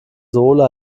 sohle